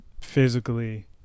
physically